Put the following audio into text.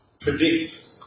predict